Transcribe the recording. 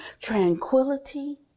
tranquility